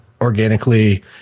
organically